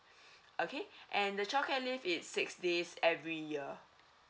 okay and the childcare leave is six days every year